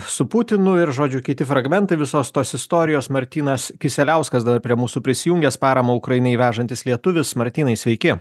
su putinu ir žodžiu kiti fragmentai visos tos istorijos martynas kisieliauskas dar prie mūsų prisijungęs paramą ukrainai vežantis lietuvis martynai sveiki